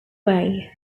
way